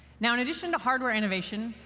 now, in addition to hardware innovation,